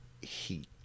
heat